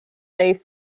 safe